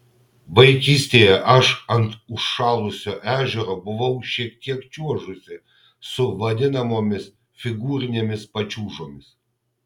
vaikystėje aš ant užšalusio ežero buvau šiek tiek čiuožusi su vadinamomis figūrinėmis pačiūžomis